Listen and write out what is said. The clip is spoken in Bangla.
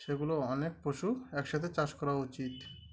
সেগুলো অনেক পশু একসাথে চাষ করা উচিত